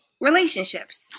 relationships